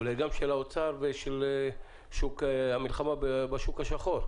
אולי גם של האוצר ושל המלחמה בשוק השחור,